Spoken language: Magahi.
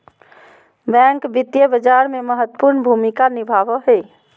बैंक वित्तीय बाजार में महत्वपूर्ण भूमिका निभाबो हइ